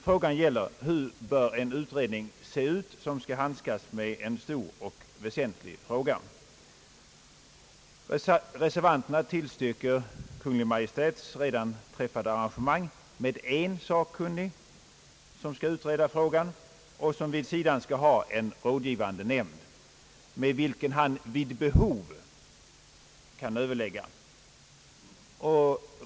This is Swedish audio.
Frågan gäller: Hur bör en utredning som skall handskas med en stor och väsentlig fråga se ut? Reservanterna tillstyrker Kungl. Maj:ts redan träffade arrangemang med en sakkunnig, som skall utreda frågan och som vid sidan skall ha en rådgivande nämnd, med vilken han vid behov kan överlägga.